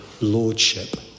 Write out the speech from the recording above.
lordship